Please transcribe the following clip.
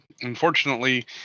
unfortunately